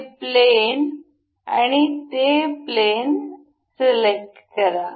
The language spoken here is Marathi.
हे प्लेन आणि हे प्लेन सिलेक्ट करा